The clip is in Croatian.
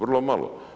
Vrlo malo.